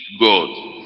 God